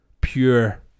pure